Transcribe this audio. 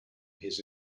his